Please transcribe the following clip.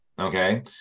Okay